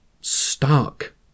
stark